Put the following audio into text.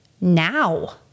now